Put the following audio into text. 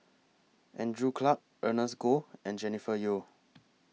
Andrew Clarke Ernest Goh and Jennifer Yeo